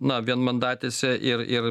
na vienmandatėse ir ir